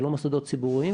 זה לא מוסדות ציבוריים,